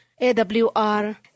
AWR